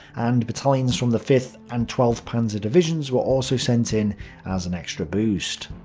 and battalions from the fifth and twelfth panzer divisions, were also sent in as an extra boost.